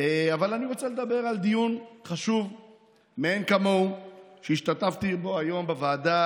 אני רוצה לדבר על דיון חשוב מאין כמוהו שהשתתפתי בו היום בוועדה